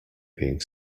being